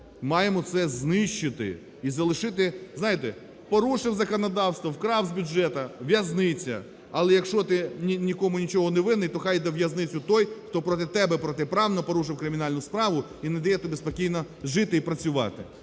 Маємо це знищити і залишити, знаєте, порушив законодавство, вкрав з бюджету – в'язниця. Але, якщо ти нікому нічого не винний, то хай йде у в'язницю той, хто проти тебе протиправно порушив кримінальну справу і не дає тобі спокійно жити і працювати.